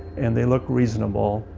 and they look reasonable,